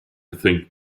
think